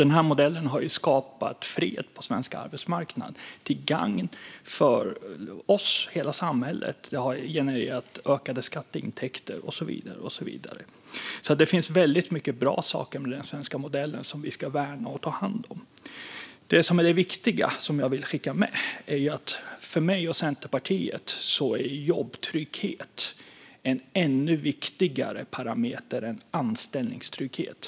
Den här modellen har skapat fred på svensk arbetsmarknad till gagn för oss i hela samhället, genererat ökade skatteintäkter och så vidare. Det finns alltså väldigt mycket bra saker med den svenska modellen som vi ska värna och ta hand om. Det viktiga, och det som jag vill skicka med, är att för mig och Centerpartiet är jobbtrygghet en ännu viktigare parameter än anställningstrygghet.